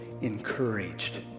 encouraged